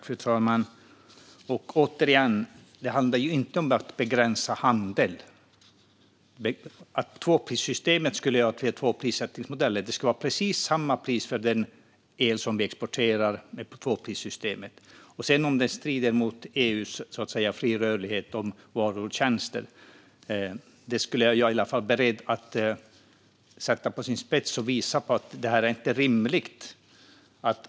Fru talman! Återigen: Det handlar inte om att begränsa handel. Det sägs att tvåprissystemet skulle göra att vi har två prissättningsmodeller, men det skulle vara precis samma pris för den el som vi exporterar med tvåprissystemet. Om detta sedan strider mot EU:s regler om fri rörlighet för varor och tjänster är i alla fall jag beredd att ställa saken på sin spets och visa att detta inte är rimligt.